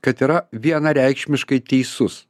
kad yra vienareikšmiškai teisus